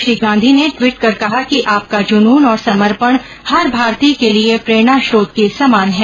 श्री गांधी ने ट्वीट कर कहा कि आपका जुनून और समर्पण हर भारतीय के लिए प्रेरणा स्त्रोत के समान है